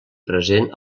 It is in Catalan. present